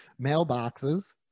mailboxes